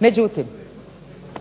Međutim,